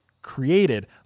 created